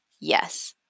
yes